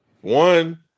One